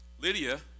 Lydia